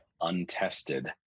untested